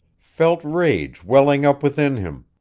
felt rage welling up within him.